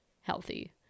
healthy